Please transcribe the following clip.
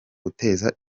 guteza